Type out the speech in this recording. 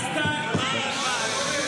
ראית את הבריונות?